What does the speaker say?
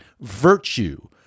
virtue